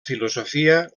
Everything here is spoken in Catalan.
filosofia